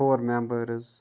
four members